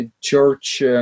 church